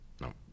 no